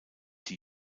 die